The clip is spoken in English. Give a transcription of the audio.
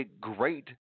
great